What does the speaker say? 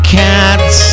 cats